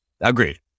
Agreed